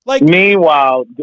Meanwhile